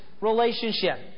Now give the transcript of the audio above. relationship